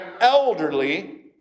elderly